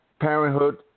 Parenthood